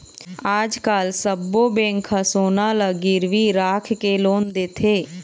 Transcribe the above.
आजकाल सब्बो बेंक ह सोना ल गिरवी राखके लोन देथे